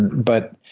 but